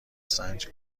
سنج